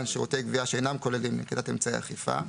שירותי גבייה שאינם כוללים נקיטת אמצעי אכיפה.